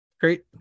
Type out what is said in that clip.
great